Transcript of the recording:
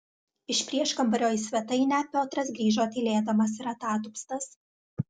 iš prieškambario į svetainę piotras grįžo tylėdamas ir atatupstas